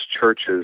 churches